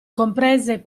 comprese